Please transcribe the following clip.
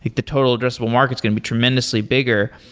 the total addressable markets can be tremendously bigger.